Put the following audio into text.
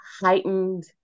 heightened